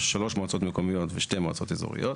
3 מועצות מקומיות ו-2 מועצות אזוריות,